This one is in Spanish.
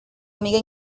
amiga